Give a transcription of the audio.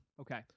Okay